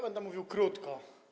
Będę mówił krótko.